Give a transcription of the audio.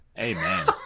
Amen